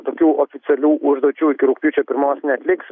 tokių oficialių užduočių iki rugpjūčio pirmos neatliks